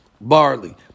barley